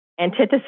antithesis